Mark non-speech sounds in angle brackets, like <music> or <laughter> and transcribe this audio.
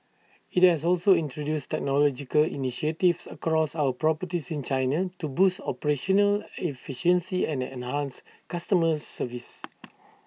IT has also introduced technological initiatives across our properties in China to boost operational efficiency and enhance customer service <noise>